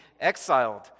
exiled